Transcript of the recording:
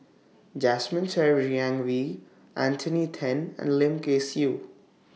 Jasmine Ser Xiang Wei Anthony Then and Lim Kay Siu